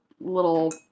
little